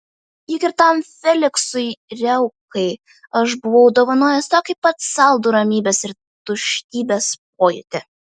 juk ir tam feliksui riaukai aš buvau dovanojęs tokį pat saldų ramybės ir tuštybės pojūtį